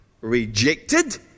rejected